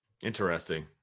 Interesting